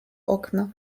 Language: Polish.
okna